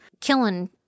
killing